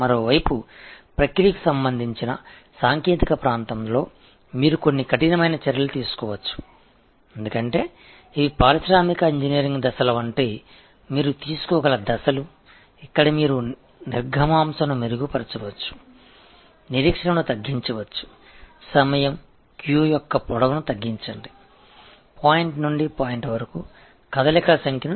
மறுபுறம் செயல்முறை தொடர்பான டெக்னிக்கல் பகுதியில் நீங்கள் சில கடினமான நடவடிக்கைகளை எடுக்கலாம் ஏனென்றால் இவை தொழில்துறை பொறியியல் படிகள் போன்ற நீங்கள் எடுக்கக்கூடிய படிகளாகும் அங்கு நீங்கள் செயல்திறனை மேம்படுத்தலாம் காத்திருப்பை குறைக்கலாம் நேரம் வரிசையின் நீளத்தைக் குறைக்கவும் புள்ளியிலிருந்து புள்ளிக்கு தொற்று இயக்கங்களின் எண்ணிக்கையைக் குறைக்கவும்